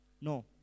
No